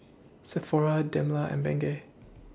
Sephora Dilmah and Bengay